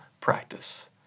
practice